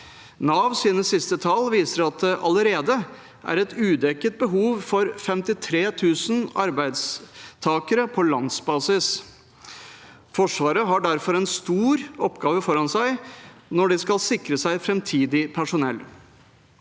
Navs siste tall viser at det allerede er et udekket behov for 53 000 arbeidstakere på landsbasis. Forsvaret har derfor en stor oppgave foran seg når de skal sikre seg framtidig personell.